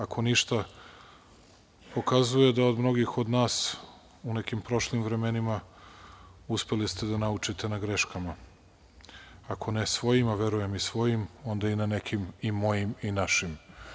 Ako ništa, pokazuje da od mnogih od nas u nekim prošlim vremenima uspeli ste da naučite na greškama, ako ne svojim, a verujem i svojim, onda i na nekim i mojim i našim.